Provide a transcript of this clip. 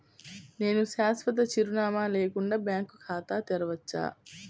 నేను శాశ్వత చిరునామా లేకుండా బ్యాంక్ ఖాతా తెరవచ్చా?